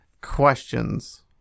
questions